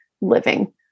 living